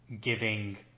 giving